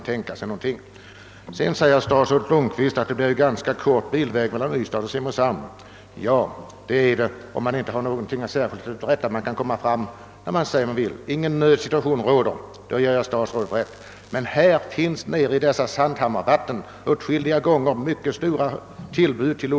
Statsrådet Lundkvist sade att bilvägen mellan Ystad och Simrishamn är ganska kort. Ja, det är den om man inte har något särskilt att uträtta, om ingen nödsituation föreligger. Men i vattnen utanför Sandhammaren förekommer ofta olyckstillbud.